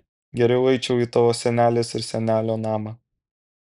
geriau eičiau į tavo senelės ir senelio namą